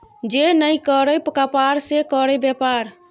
जे नहि करय कपाड़ से करय बेपार